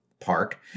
Park